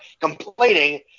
complaining